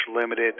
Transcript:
limited